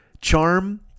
charm